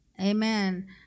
Amen